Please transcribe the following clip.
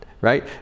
right